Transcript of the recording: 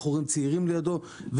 בחורים צעירים לידו,